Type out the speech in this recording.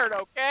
okay